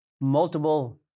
multiple